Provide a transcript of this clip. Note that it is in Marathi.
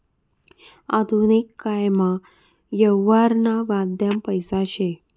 आधुनिक कायमा यवहारनं माध्यम पैसा शे